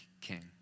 king